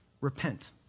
repent